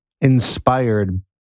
inspired